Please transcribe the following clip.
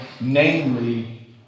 namely